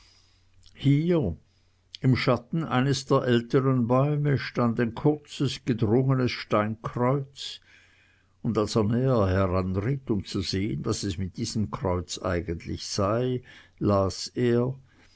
hier im schatten eines der älteren bäume stand ein kurzes gedrungenes steinkreuz und als er näher heranritt um zu sehen was es mit diesem kreuz eigentlich sei las er